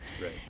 Right